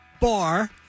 bar